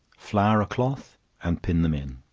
flour a cloth and pin them in.